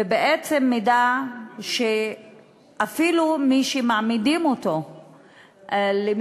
ובעצם מידע שאפילו מי שמעמידים אותו למשפט